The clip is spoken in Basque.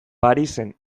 parisen